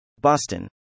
Boston